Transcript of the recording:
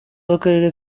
w’akarere